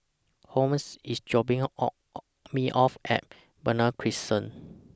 Holmes IS dropping Me off At Benoi Crescent